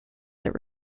that